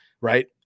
right